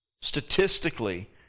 Statistically